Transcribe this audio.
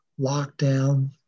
lockdown